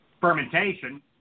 Fermentation